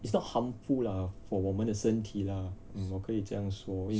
it's not harmful lah for 我们的身体 lah 我可以这样说